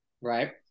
Right